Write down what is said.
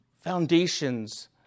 foundations